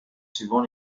suivant